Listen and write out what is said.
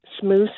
smooth